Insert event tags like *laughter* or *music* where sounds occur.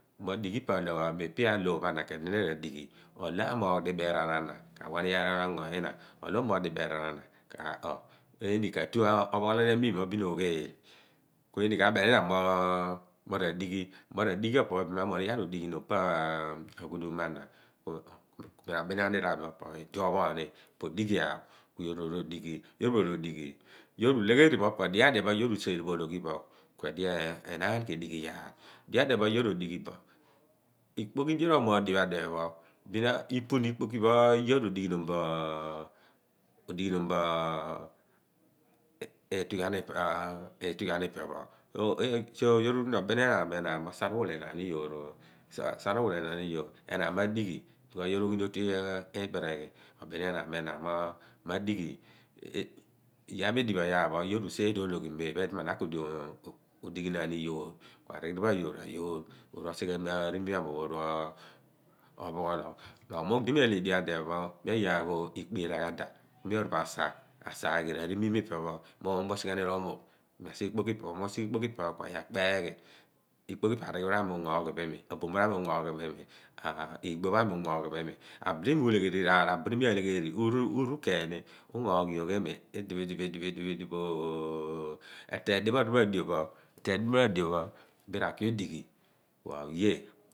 *unintelligible* mi pe aloor pho ana kui di na a/rue adighi mo olo amoogh dibeeraan ana kawani iyaar ango nyan olo ibeeraan eeni ka tu ophughool amiim mo bin ogheel kueeni ka benininyina mo radighi mo radighi pho opo pho bin amooghni iyaar odighinom pa a ghuud um mo a ana ku mi a beni aniir a mi mo odighia ku yoor oru odighi ku yoor ro dighi yoor ulegheri mo po adio pho adiphe pho yoor useere bo ologhi pho ku edi adiphe pho yoor odighi bo, ikpoki di yoor omooghdio pho ipini ikpoki pho yoor onighi noom boo oo *hesitation* itughian pho ipe pho so yoor uruni obeni enaan mo saar uwhilenaan iyoor enaan madighi. So yoor uruni oghi otu ibeereghi obeni enaan mo ma dighi *hesitation* iyaar pho edighi bo iyaar pho yoor useere ologhi mo iphen kuidi na k/atue udighinaan iyoor. Arighiri pho a yoor r'ayoor oru osighe riimiim mo amuphe pho oru ophughologh ikpoki di mi a ihe bo diopha adiphe pho kuedimi aghi aghoo ikpo iragha da yoor oru osa rimiim mo ipe pho miuule eghi ruumuugh, musighe ikpokiphi pe pho ku mi aghi akpeeghiom ikpoki phi pe pho arighiri pho ami unghooghi bo imi ipe a buumoor ami unghooghi boiimi, igbopho ami unghooghi bo imi abudi miulegheri rabudi mia legheri uru keenyni unghooghi yorgh imi idipho idipho idipho oh s reteeny diporipho adio pho mi rakio dighi kuoye